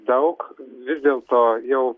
daug vis dėlto jau